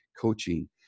coaching